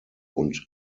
und